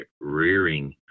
rearing